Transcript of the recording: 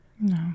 No